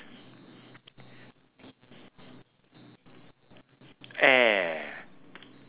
air